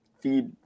feed